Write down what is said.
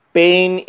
pain